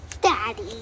Daddy